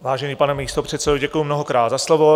Vážený pane místopředsedo, děkuji mnohokrát za slovo.